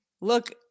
look